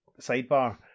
sidebar